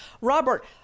Robert